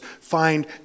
find